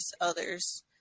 others